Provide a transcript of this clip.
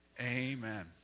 amen